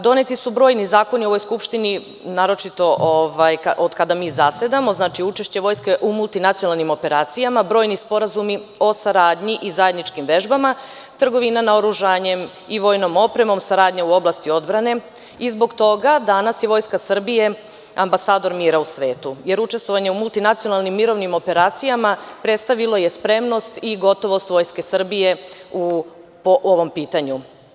Doneti su brojni zakoni u ovoj Skupštini, naročito od kada mi zasedamo, znači učešće Vojske u multinacionalnim operacijama, brojni sporazumi o saradnji i zajedničkim vežbama, trgovina naoružanjem i vojnom opremom, saradnja u oblasti odbrane i zbog toga danas je Vojska Srbije ambasador mira u svetu, jer učestvovanje u multinacionalnim mirovnim operacijama predstavilo je spremnost i gotovost Vojske Srbije po ovom pitanju.